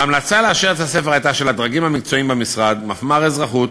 ההמלצה לאשר את הספר הייתה של הדרגים המקצועיים במשרד: מפמ"ר אזרחות,